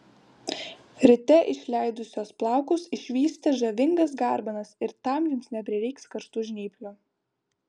ryte išleidusios plaukus išvysite žavingas garbanas ir tam jums neprireiks karštų žnyplių